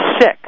sick